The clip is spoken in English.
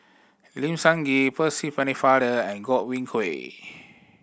Lim Sun Gee Percy Pennefather and Godwin Koay